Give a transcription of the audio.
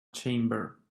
chamber